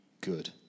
good